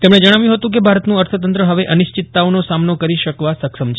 તેમણે જજ્ઞાવ્યું હતું કે ભારતનું અર્થતંત્ર હવે અનિશ્ચિતતાઓનો સામનો કરી શકવા સક્ષમ છે